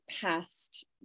past